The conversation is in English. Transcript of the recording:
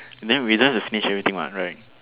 and then we don't have to finish everything what right